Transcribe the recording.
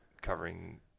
covering